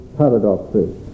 paradoxes